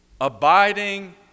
abiding